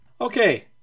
Okay